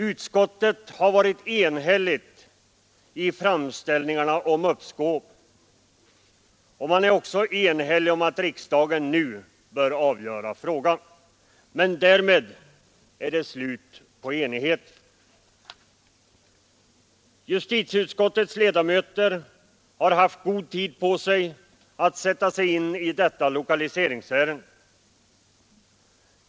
Utskottet har varit enhälligt i framställningarna om uppskov, och man är också enig om att riksdagen nu bör avgöra frågan. Men därmed är det slut på enigheten. Justitieutskottets ledamöter har haft god tid på sig att sätta sig in i detta lokaliseringsärende.